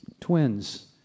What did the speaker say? twins